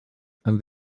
and